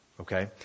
okay